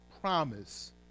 promise